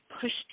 pushed